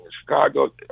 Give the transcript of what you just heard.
Chicago